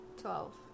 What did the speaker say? Twelve